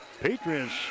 Patriots